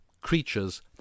creatures